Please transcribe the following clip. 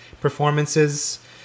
performances